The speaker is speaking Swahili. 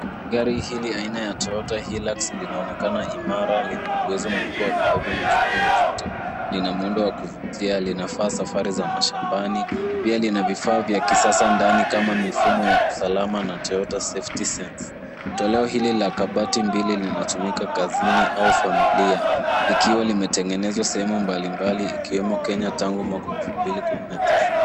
Gari hili aina ya Toyota Hillux linaonekana imara. Lina uwezo mkubwa wa kubeba mizigo mizito. Lina muundo wa kuvutia. Linafaa safari za mashambani. Pia lina vifaa vya kisasa ndani kama mifumo ya usalama na toyota safety sense . Toleo hili la kabati mbili linatumika kazini au familia, likiwa limetengenezwa sehemu mbali mbali, ikiwemo Kenya tangu mwaka wa elfu mbili kumi na sita.